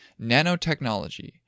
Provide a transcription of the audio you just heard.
nanotechnology